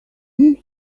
need